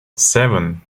seven